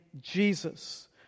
Jesus